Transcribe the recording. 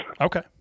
Okay